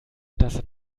das